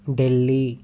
Delhi